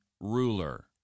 ruler